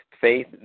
faith